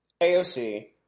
AOC